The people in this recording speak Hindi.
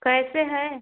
कैसे हैं